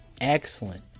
excellent